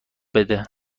بده